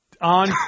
On